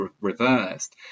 reversed